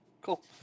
cool